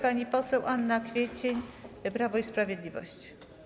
Pani poseł Anna Kwiecień, Prawo i Sprawiedliwość.